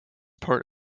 part